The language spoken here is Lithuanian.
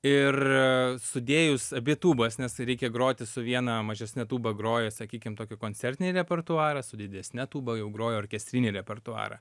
ir sudėjus abi tūbas nes reikia groti su viena mažesne tūba groji sakykim tokį koncertinį repertuarą su didesne tūba jau groji orkestrinį repertuarą